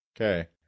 Okay